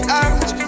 out